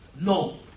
No